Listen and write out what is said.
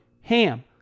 HAM